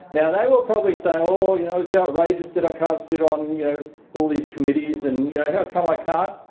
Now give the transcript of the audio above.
now they will probably say, oh you know, it's yeah outrageous that i can't sit on all these committees. and you know how come i can't?